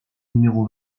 numéro